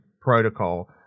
Protocol